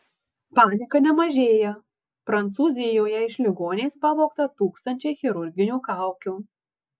panika nemažėją prancūzijoje iš ligoninės pavogta tūkstančiai chirurginių kaukių